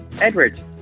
Edward